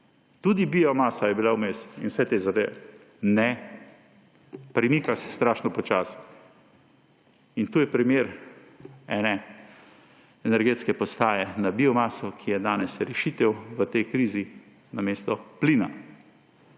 Tudi biomasa je bila vmes in vse te zadeve. Ne! Premika se strašno počasi. Tu je primer ene energetske postaje na biomaso, ki je danes rešitev v tej krizi namesto plina.